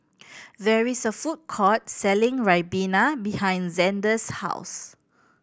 there is a food court selling ribena behind Zander's house